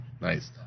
Nice